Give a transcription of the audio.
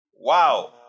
Wow